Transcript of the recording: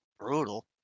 brutal